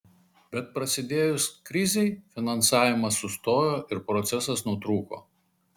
bet prasidėjus krizei finansavimas sustojo ir procesas nutrūko